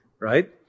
right